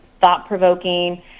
thought-provoking